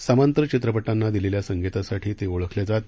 समांतर चित्रपटांना दिलेल्या संगीतासाठी ते ओळखले जात